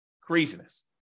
Craziness